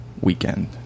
weekend